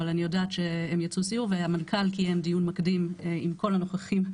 אבל אני יודעת שהם יצאו לסיור והמנכ"ל קיים דיון מקדים עם כל הנוכחים,